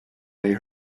they